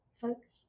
folks